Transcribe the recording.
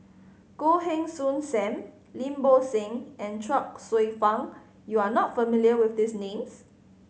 Goh Heng Soon Sam Lim Bo Seng and Chuang Hsueh Fang you are not familiar with these names